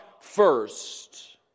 first